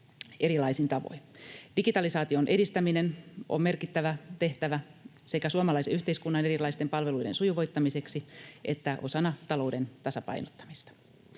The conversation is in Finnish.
erilaisin tavoin. Digitalisaation edistäminen on merkittävä tehtävä sekä suomalaisen yhteiskunnan erilaisten palveluiden sujuvoittamiseksi että osana talouden tasapainottamista.